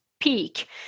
peak